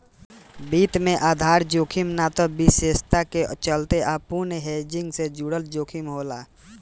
वित्त में आधार जोखिम ना त विशेषता के चलते अपूर्ण हेजिंग से जुड़ल जोखिम होला